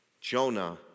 Jonah